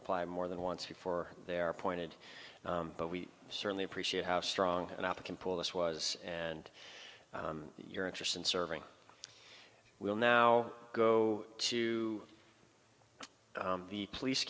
apply more than once before they are appointed but we certainly appreciate how strong and i can pull this was and your interest in serving will now go to the police